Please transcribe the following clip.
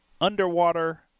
Underwater